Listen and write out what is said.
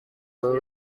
were